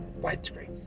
widescreen